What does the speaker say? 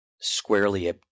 squarely